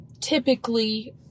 typically